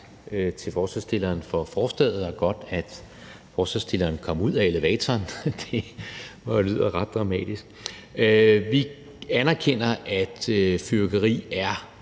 til forslagsstillerne for forslaget, og det var godt, at forslagsstilleren kom ud af elevatoren, for det lyder jo ret dramatisk. Vi anerkender, at fyrværkeri er